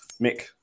Mick